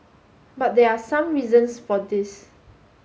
but there are some reasons for this